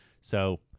So-